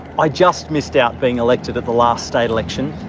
i just missed out being elected at the last state election,